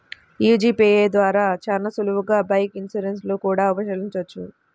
యీ G pay ద్వారా చానా సులువుగా బైక్ ఇన్సూరెన్స్ లు కూడా చెల్లించొచ్చు